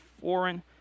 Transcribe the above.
foreign